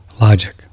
logic